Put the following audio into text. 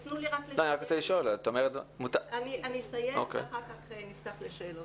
אני אסיים ואחר כך נפתח לשאלות.